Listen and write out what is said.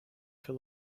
for